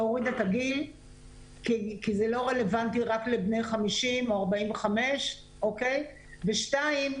להוריד את הגיל כי זה לא רלוונטי רק לבני 45 או 50. ודבר שני,